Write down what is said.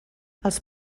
els